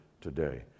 today